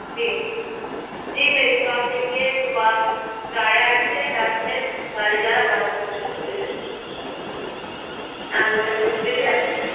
جی جی جی میری شاپ دیکھیے صبح ساڑھے آٹھ سے رات میں ساڑھے گیارہ بارہ بجے تک بھی کھلی رہتی آپ وہ ٹائم پہ کبھی بھی آ سکتے